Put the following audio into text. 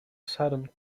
sudden